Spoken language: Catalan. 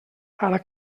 ara